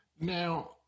Now